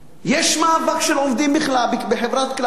יש מאבק של עובדים בחברת "כלל",